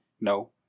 no